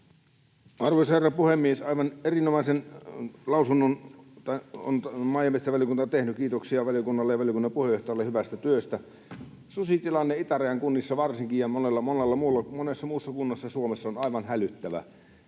Arvoisa herra puhemies! Aivan erinomaisen lausunnon on maa- ja metsävaliokunta tehnyt. Kiitoksia valiokunnalle ja valiokunnan puheenjohtajalle hyvästä työstä. Susitilanne varsinkin itärajan kunnissa ja monessa muussa kunnassa Suomessa on aivan hälyttävä.